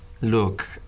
Look